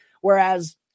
whereas